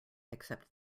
except